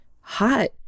hot